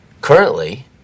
currently